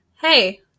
Hey